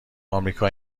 آمریکا